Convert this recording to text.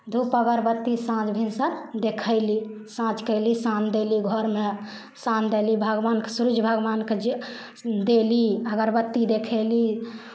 धूप अगरबत्ती साँझ भिनसर देखयली साँझकेँ अयली शाम देली घरमे शाम देली भगवानके सुरुज भगवानके जे देली अगरबत्ती देखयली